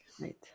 right